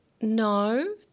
No